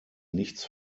nichts